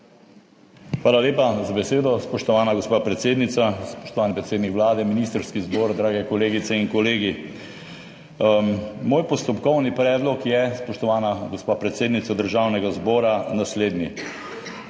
Hvala lepa za besedo. Spoštovana gospa predsednica, spoštovani predsednik Vlade, ministrski zbor, drage kolegice in kolegi! Moj postopkovni predlog je, spoštovana gospa predsednica Državnega zbora, naslednji.